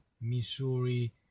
Missouri